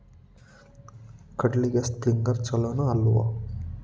ಕಡ್ಲಿಗೆ ಸ್ಪ್ರಿಂಕ್ಲರ್ ಛಲೋನೋ ಅಲ್ವೋ?